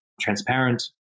transparent